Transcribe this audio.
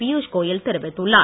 பியூஷ் கோயல் தெரிவித்துள்ளார்